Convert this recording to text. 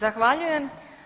Zahvaljujem.